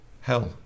Hell